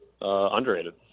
Underrated